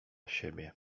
siebie